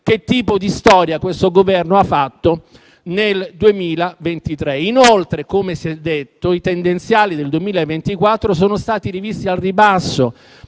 che tipo di storia questo Governo ha fatto nel 2023. Inoltre, come si è detto, i tendenziali del 2024 sono stati rivisti al ribasso